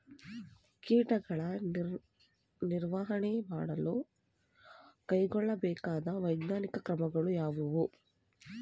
ಕೀಟಗಳ ನಿರ್ವಹಣೆ ಮಾಡಲು ಕೈಗೊಳ್ಳಬೇಕಾದ ವೈಜ್ಞಾನಿಕ ಕ್ರಮಗಳು ಯಾವುವು?